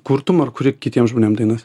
kurtum ar kuri kitiem žmonėm dainas